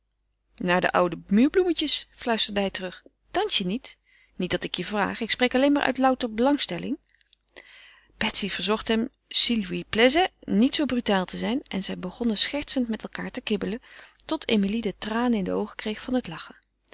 naar de oude muurbloemetjes fluisterde hij terug dans je niet niet dat ik je vraag ik spreek alleen maar uit louter belangstelling betsy verzocht hem s'il lui plaisait niet zoo brutaal te zijn en zij begonnen schertsend met elkaâr te kibbelen tot emilie de tranen in de oogen kreeg van het lachen